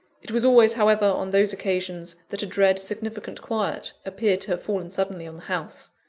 it was always, however, on those occasions, that a dread, significant quiet appeared to have fallen suddenly on the house.